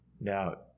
now